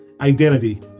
identity